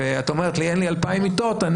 ואת אומרת לי: אין לי 2,000 מיטות.